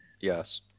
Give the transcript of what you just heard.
Yes